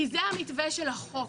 כי זה המתווה של החוק.